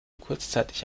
kurzzeitig